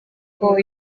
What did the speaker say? kuko